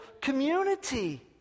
community